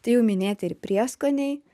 tai jau minėti ir prieskoniai